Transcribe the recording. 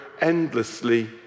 endlessly